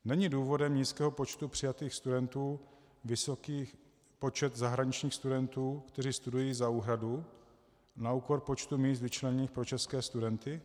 Není důvodem nízkého počtu přijatých studentů vysoký počet zahraničních studentů, kteří studují za úhradu, na úkor počtu míst vyčleněných pro české studenty?